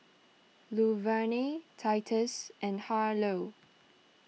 Luverne Titus and Harlow